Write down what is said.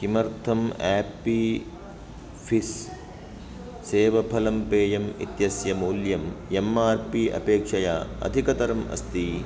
किमर्थं Appy Fizz सेवफलम् पेयम् इत्यस्य मूल्यम् एम् आर् पी अपेक्षया अधिकतरम् अस्ति